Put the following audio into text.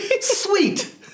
Sweet